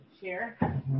Chair